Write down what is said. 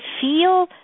feel